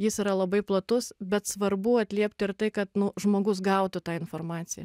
jis yra labai platus bet svarbu atliept ir tai kad nu žmogus gautų tą informaciją